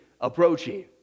approaching